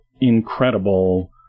incredible